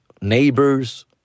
neighbors